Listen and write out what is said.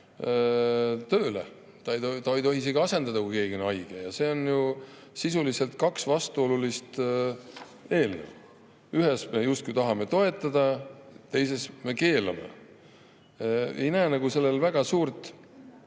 tööle. Ta ei tohi isegi asendada, kui keegi on haige. Need on sisuliselt kaks vastuolulist eelnõu. Ühes me justkui tahame toetada, teises me keelame. Ma ei näe sellel väga suurt